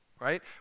right